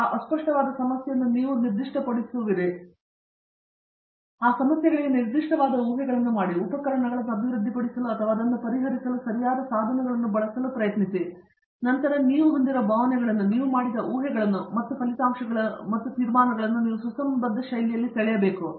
ಆದ್ದರಿಂದ ಆ ಅಸ್ಪಷ್ಟವಾದ ಸಮಸ್ಯೆಯನ್ನು ನೀವು ಹೆಚ್ಚು ನಿರ್ದಿಷ್ಟಪಡಿಸುವಿರಿ ಆ ಸಮಸ್ಯೆಗಳಿಗೆ ನಿರ್ದಿಷ್ಟವಾದ ಊಹೆಗಳನ್ನು ಮಾಡಿ ಉಪಕರಣಗಳನ್ನು ಅಭಿವೃದ್ಧಿಪಡಿಸಲು ಅಥವಾ ಅದನ್ನು ಪರಿಹರಿಸಲು ಸರಿಯಾದ ಸಾಧನಗಳನ್ನು ಬಳಸಲು ಪ್ರಯತ್ನಿಸಿ ಮತ್ತು ನಂತರ ನೀವು ಹೊಂದಿರುವ ಭಾವನೆಗಳನ್ನು ನೀವು ಮಾಡಿದ ಊಹೆಗಳನ್ನು ಮತ್ತು ಫಲಿತಾಂಶಗಳನ್ನು ತೀರ್ಮಾನಗಳನ್ನು ನೀವು ಸುಸಂಬದ್ಧ ಶೈಲಿಯಲ್ಲಿ ಸೆಳೆಯಬೇಕು